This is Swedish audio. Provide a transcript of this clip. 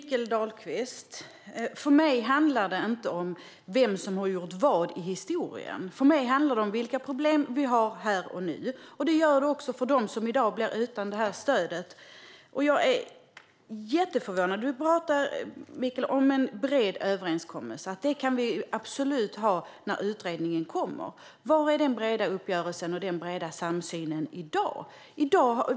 Fru talman! För mig handlar det inte om vem som har gjort vad i historien, Mikael Dahlqvist, utan för mig handlar det om vilka problem vi har här och nu. Det gör det även för dem som i dag blir utan detta stöd. Jag är jätteförvånad. Du talar om en bred överenskommelse, Mikael, och att vi absolut kan ha en sådan när utredningen är färdig. Var är den breda uppgörelsen och den breda samsynen i dag?